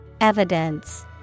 Evidence